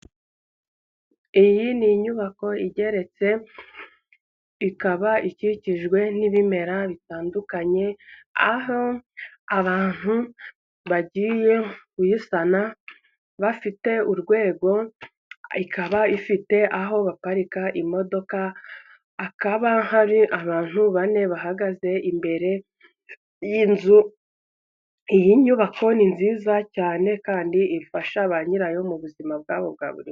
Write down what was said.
Iyi ni inyubako igeretse ikaba ikikijwe n'ibimera bitandukanye, aho abantu bagiye kuyisana bafite urwego ikaba ifite aho baparika imodoka, hakaba hari abantu bane bahagaze imbere y'iy'inyubako, ni nziza cyane kandi ifasha ba nyirayo mu buzima bwabo bwa buri munsi.